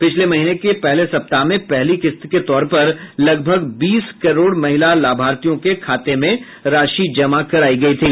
पिछले महीने के पहले सप्ताह में पहली किस्त के तौर पर लगभग बीस करोड़ महिला लाभार्थियों के खाते में राशि जमा कराई गई थी